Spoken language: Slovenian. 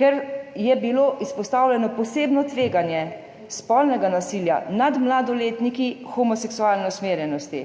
ker je bilo izpostavljeno posebno tveganje spolnega nasilja nad mladoletniki homoseksualne usmerjenosti.